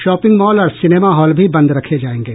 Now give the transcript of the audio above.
shopping mall और cinema hall भी बंद रखे जाएंगे